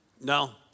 no